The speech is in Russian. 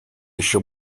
еще